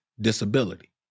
disability